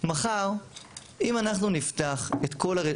מחר אם אנחנו נפתח את כל,